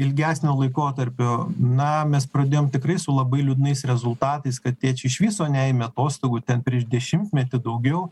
ilgesnio laikotarpio na mes pradėjom tikrai su labai liūdnais rezultatais kad tėčiai iš viso neėmė atostogų ten prieš dešimtmetį daugiau